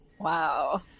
Wow